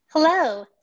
Hello